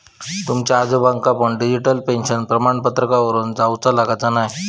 तुमच्या आजोबांका पण डिजिटल पेन्शन प्रमाणपत्रावरून जाउचा लागाचा न्हाय